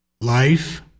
life